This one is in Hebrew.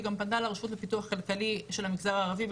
והיא גם פנתה לרשות לפיתוח כלכלי של המגזר הערבי,